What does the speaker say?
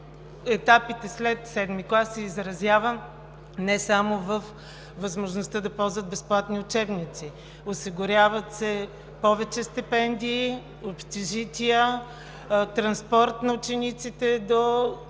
етапите след VII клас се изразява не само във възможността да ползват безплатни учебници. Осигуряват се повече стипендии, общежития, транспорт на учениците до